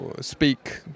speak